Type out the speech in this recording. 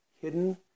hidden